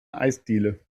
eisdiele